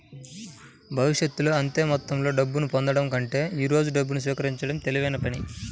భవిష్యత్తులో అంతే మొత్తంలో డబ్బును పొందడం కంటే ఈ రోజు డబ్బును స్వీకరించడం తెలివైన పని